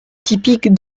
typiques